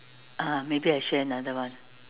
ah maybe I share another one